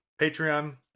patreon